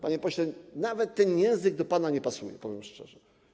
Panie pośle, nawet ten język do pana nie pasuje, powiem szczerze.